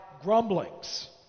grumblings